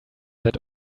that